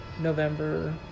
November